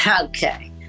okay